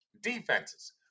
Defenses